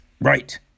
Right